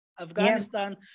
Afghanistan